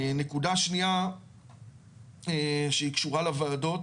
הנקודה השנייה שהיא קשורה לוועדות